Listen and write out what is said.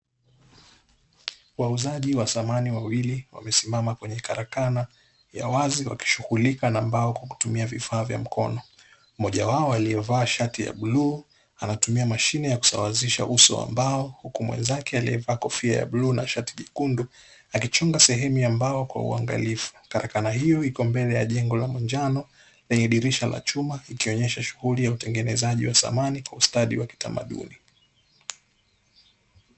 Wauzaji wa samani wawili wamesimama kwenye karakana ya wazi wakishughulika na mbao kwa kutumia vifaa vya mkono mmoja wao aliyevaa shati ya bluu anatumia mashine ya kusawazisha uso wa mbao, huku mwenzake aliyevaa kofia ya bluu na shati jekundu akichunga sehemu ya mbao kwa uangalifu, karakana hiyo iko mbele ya jengo la manjano lenye dirisha la chumba likionyesha shughuli ya utengenezaji wa samani kwa ustadi wa utamaduni.